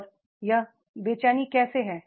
और यह बेचैनी कैसे हैं